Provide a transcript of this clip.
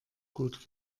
gut